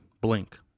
blink